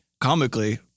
comically